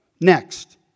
Next